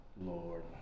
Lord